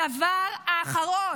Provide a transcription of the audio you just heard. הדבר האחרון,